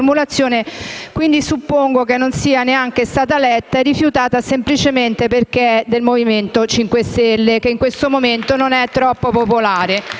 quindi suppongo che non sia neanche stata letta ed è stata rifiutata semplicemente perché è del Movimento 5 Stelle, che in questo momento non è troppo popolare.